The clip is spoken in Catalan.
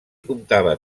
comptava